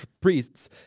priests